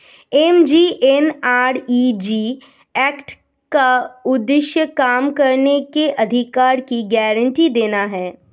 MGNREG act का उद्देश्य काम करने के अधिकार की गारंटी देना है